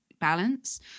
balance